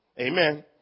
Amen